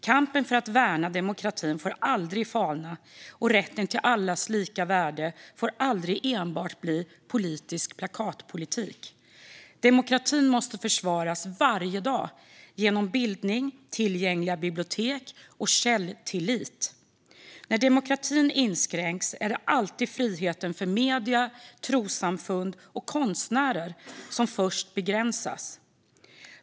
Kampen för att värna demokratin får aldrig falna, och rätten till allas lika värde får aldrig enbart bli plakatpolitik. Demokratin måste försvaras varje dag genom bildning, tillgängliga bibliotek och källtillit. När demokratin inskränks är det alltid friheten för medier, trossamfund och konstnärer som först begränsas.